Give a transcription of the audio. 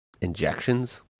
injections